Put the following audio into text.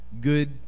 good